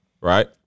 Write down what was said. right